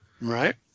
right